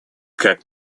как